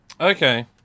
Okay